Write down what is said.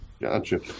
Gotcha